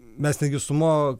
mes netgi su mo